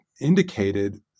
indicated